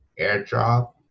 airdrop